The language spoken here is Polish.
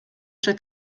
cze